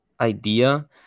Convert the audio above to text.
idea